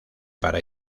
para